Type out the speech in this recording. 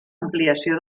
ampliació